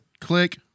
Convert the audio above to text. Click